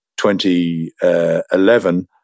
2011